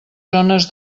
zones